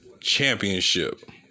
Championship